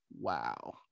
wow